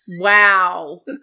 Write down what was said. Wow